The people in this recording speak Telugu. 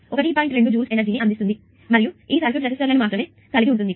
2 జూల్స్ ఎనర్జీ ని అందిస్తుంది మరియు ఈ సర్క్యూట్ రెసిస్టర్లను మాత్రమే కలిగి ఉంటుంది